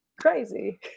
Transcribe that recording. crazy